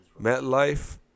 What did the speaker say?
MetLife